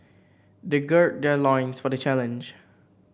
they gird their loins for the challenge